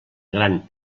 gran